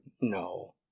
no